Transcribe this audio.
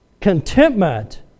Contentment